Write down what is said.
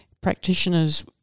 practitioners